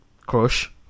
Crush